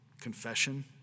confession